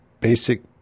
basic